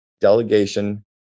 delegation